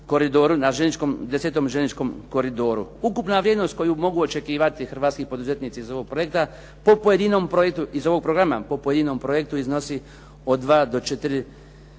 na 10. željezničkom koridoru. Ukupna vrijednost koju mogu očekivati hrvatski poduzetnici iz ovog projekta po pojedinom projektu iz ovog programa, po pojedinom projektu iznosi od 2 do 4